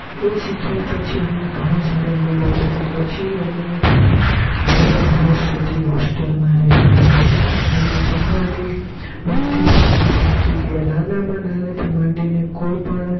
એ શીખ્યા પછી અમને ઘણો સારો અનુભવ થયોને પછી અમે દોઢ વરસ સુધી હોસ્ટેલમાં રહીને જમવાની બધી વાનગી શીખી ગયા નાનામાં નાનેથી માંડીને કોઈ પણ